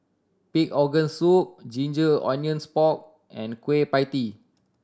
pig organ soup ginger onions pork and Kueh Pie Tee